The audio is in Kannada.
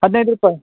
ಹದಿನೈದು ರೂಪಾಯಿ